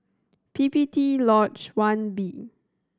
P P T Lodge One B